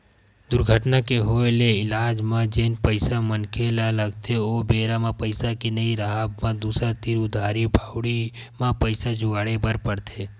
दुरघटना के होय ले इलाज म जेन पइसा मनखे ल लगथे ओ बेरा म पइसा के नइ राहब म दूसर तीर उधारी बाड़ही म पइसा जुगाड़े बर परथे